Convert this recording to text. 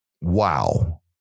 Wow